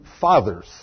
fathers